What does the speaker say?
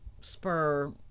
spur –